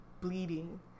bleeding